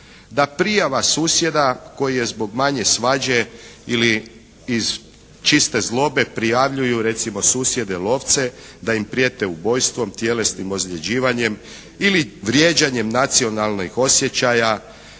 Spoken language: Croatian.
da prijava susjeda koji je zbog manje svađe ili iz čiste zlobe prijavljuju recimo susjede lovce da im prijete ubojstvom, tjelesnim ozljeđivanjem ili vrijeđanjem nacionalnih osjećaja,